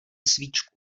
svíčku